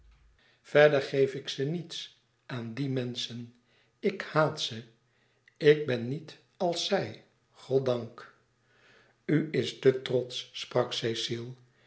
verder geef ik ze niets aan die menschen ik haat ze ik ben niet als zij goddank u is te trotsch sprak cecile